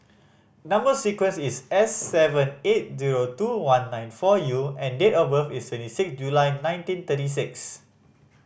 number sequence is S seven eight zero two one nine four U and date of birth is twenty six July nineteen thirty six